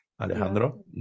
Alejandro